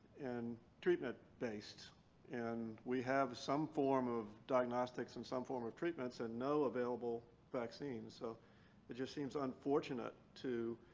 and treatment based and we have some form of diagnostics and some form of treatments and no available vaccines. so it just seems unfortunate to